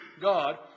God